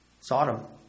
Sodom